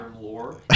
lore